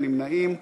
אין נמנעים.